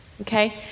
Okay